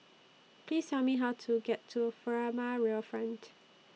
Please Tell Me How to get to Furama Riverfront